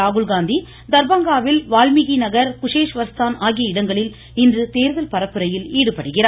ராகுல்காந்தி தர்பாங்காவில் வால்மீகி நகர் குஸேஷ்வர்ஸ்தான் ஆகிய இடங்களில் இன்று தேர்தல் பரப்புரையில் ஈடுபடுகிறார்